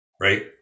right